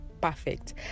perfect